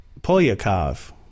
Polyakov